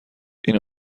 این